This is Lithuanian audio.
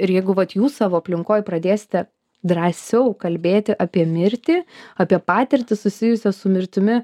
ir jeigu vat jūs savo aplinkoj pradėsite drąsiau kalbėti apie mirtį apie patirtį susijusią su mirtimi